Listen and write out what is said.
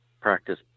practice